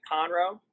Conroe